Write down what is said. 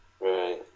Right